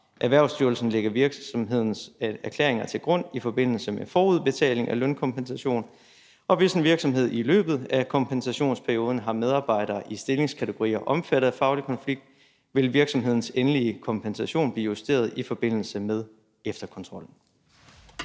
Erhvervsstyrelsen lægger virksomhedens erklæringer til grund i forbindelse med forudbetaling af lønkompensation, og hvis en virksomhed i løbet af kompensationsperioden har medarbejdere i stillingskategorier omfattet af faglig konflikt, vil virksomhedens endelige kompensation blive justeret i forbindelse med efterkontrollen.